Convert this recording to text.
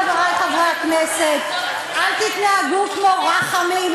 חברי חברי הכנסת: אל תתנהגו כמו רחמים,